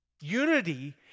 Unity